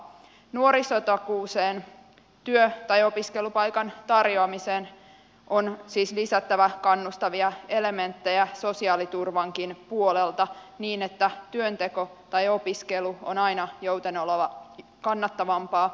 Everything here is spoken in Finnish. nuorisotakuuseen työ tai opiskelupaikan tarjoamiseen on siis lisättävä kannustavia elementtejä sosiaaliturvankin puolelta niin että työnteko tai opiskelu on aina joutenoloa kannattavampaa